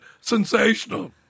sensational